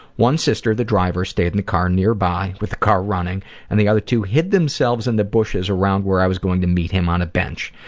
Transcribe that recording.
one sister, the driver, stayed in the car nearby with the car running and the other two hid themselves in the bushes around where i was going to meet him on a bench.